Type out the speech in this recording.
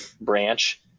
branch